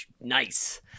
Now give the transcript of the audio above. nice